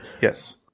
Yes